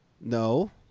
No